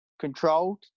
controlled